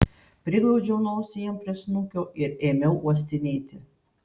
priglaudžiau nosį jam prie snukio ir ėmiau uostinėti